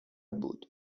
بود